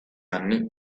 anni